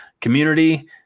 Community